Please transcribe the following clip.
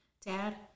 Dad